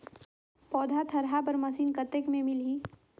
पौधा थरहा बर मशीन कतेक मे मिलही?